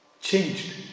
Changed